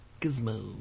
Gizmo